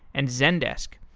and zendesk.